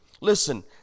listen